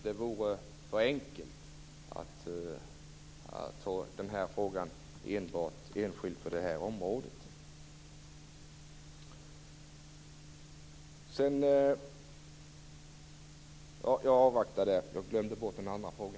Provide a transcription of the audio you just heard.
Det vore nog för enkelt att se denna fråga enskilt för detta område.